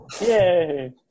Yay